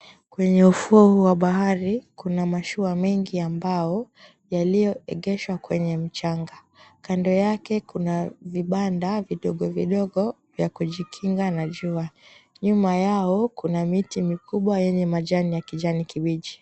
Kwenye ufuo huu wa bahari kuna mashua mengi ya mbao yaliyoegeshwa kwenye mchanga. Kando yake kuna vibanda vidogo vidogo vya kujikinga na jua. Nyuma yao kuna miti mikubwa yenye majani ya kijani kibichi.